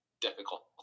difficult